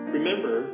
Remember